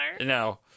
No